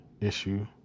issue